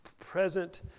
present